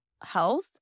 health